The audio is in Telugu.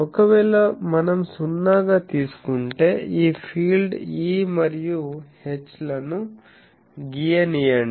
ఒకవేళ మనం సున్నాగా తీసుకుంటే ఈ ఫీల్డ్ E మరియు H లను గీయనీయండి